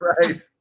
Right